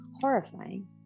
Horrifying